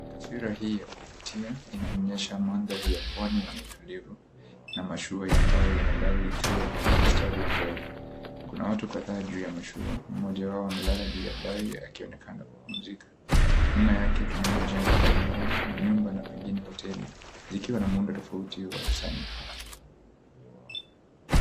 Taswira hii ya kuvutia inaonyesha mandhari ya pwani yenye utulivu na mashua ya mbao yenye dari ikiwa kwenye mstari wa mbele. Kuna watu kadhaa juu ya mashua ,mmoja wao amelala juu ya dari akionekana kupumzika. Nyuma yake tunaona jengo mbalimbali, nyumba na pengine hoteli zikiwa na muundo tofauti wa usanifu.